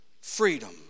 freedom